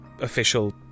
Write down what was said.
official